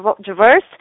Diverse